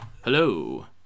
Hello